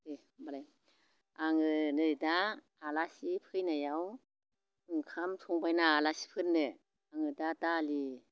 दे होनबालाय आङो नै दा आलासि फैनायाव ओंखाम संबायना आलासिफोरनो आङो दा दालि